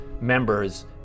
members